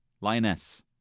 lioness